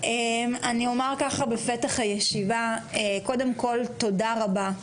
אני אומר בפתח הישיבה קודם כל תודה רבה.